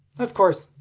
of course,